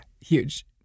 huge